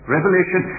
revelation